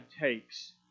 takes